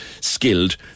skilled